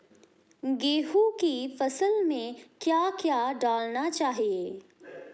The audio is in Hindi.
गेहूँ की फसल में क्या क्या डालना चाहिए?